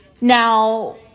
now